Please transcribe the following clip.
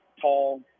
tall